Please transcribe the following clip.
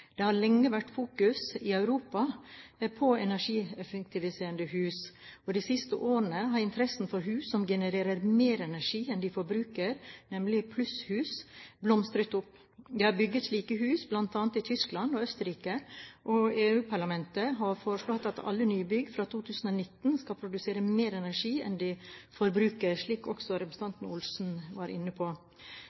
i Europa lenge vært fokusert på energieffektive hus. De siste årene har interessen for hus som genererer mer energi enn de forbruker, nemlig plusshus, blomstret opp. Det er bygd slike hus bl.a. i Tyskland og Østerrike. EU-parlamentet har foreslått at alle nybygg fra 2019 skal produsere mer energi enn de forbruker, slik også representanten Olsen var inne på.